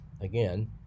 Again